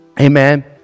Amen